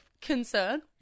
concern